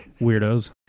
weirdos